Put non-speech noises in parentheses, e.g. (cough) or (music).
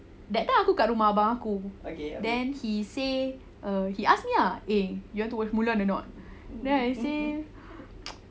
that time aku kat rumah abah aku then he say uh he ask me ah eh do you want to watch mulan or not then I say (noise)